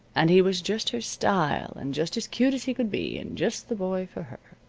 and he was just her style, and just as cute as he could be, and just the boy for her.